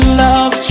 love